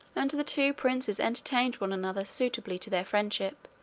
and the two princes entertained one another suitably to their friendship,